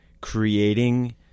creating